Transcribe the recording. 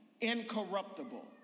incorruptible